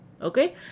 Okay